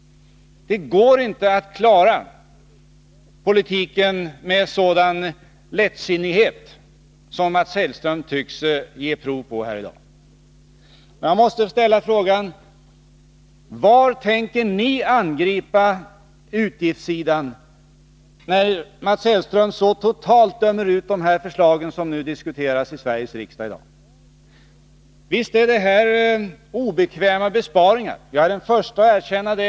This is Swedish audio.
Det går inte att klara politiken med en sådan lättsinnighet som den Mats Hellström tycks ge prov på här i dag. Jag måste ställa frågan: Var tänker ni angripa utgiftssidan? Mats Hellström dömer ju så totalt ut de förslag som diskuteras i Sveriges riksdag i dag. Visst är det fråga om obekväma besparingar. Jag är den förste att erkänna det.